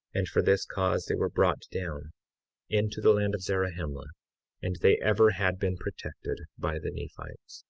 and for this cause they were brought down into the land of zarahemla and they ever had been protected by the nephites.